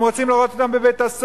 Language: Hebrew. הם רוצים לראות אותם בבית-הסוהר.